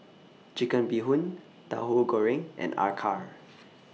Chicken Bee Hoon Tauhu Goreng and Acar